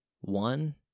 one